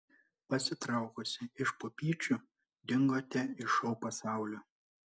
pasitraukusi iš pupyčių dingote iš šou pasaulio